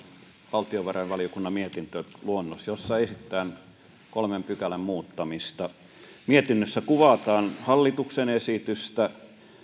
valtiovarainvaliokunnan mietintöluonnos jossa esitetään kolmen pykälän muuttamista mietinnössä kuvataan hallituksen esitystä